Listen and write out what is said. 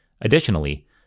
Additionally